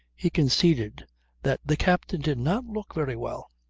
he conceded that the captain did not look very well.